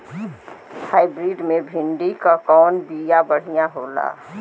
Hybrid मे भिंडी क कवन बिया बढ़ियां होला?